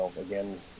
again